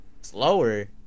slower